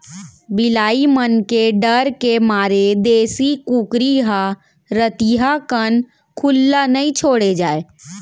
बिलाई मन के डर के मारे देसी कुकरी ल रतिहा कन खुल्ला नइ छोड़े जाए